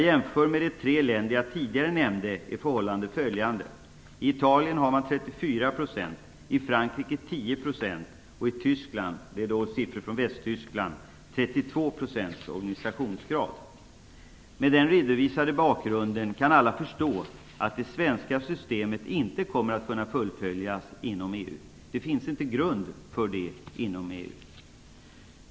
Jämfört med de tre länder som jag tidigare nämnde är förhållandena följande: I Italien gäller Med den redovisade bakgrunden kan alla förstå att det svenska systemet inte kommer att kunna fullföljas inom EU. Det finns inte grund för det inom EU.